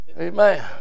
Amen